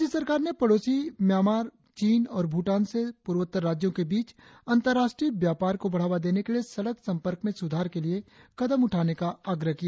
राज्य सरकार ने पड़ोसी म्यामार चीन और भूटान से पूर्वोत्तर राज्यों के बीच अंतर्रास्ट्रीय व्यापार को बढ़ावा देने के लिए सड़क संपर्क में सुधार के लिए कदम उठाने का आग्रह किया